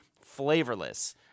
flavorless